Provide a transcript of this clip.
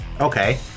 Okay